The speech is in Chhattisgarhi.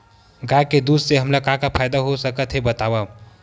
गाय के दूध से हमला का का फ़ायदा हो सकत हे बतावव?